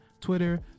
Twitter